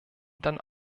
dann